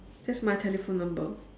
that's my telephone number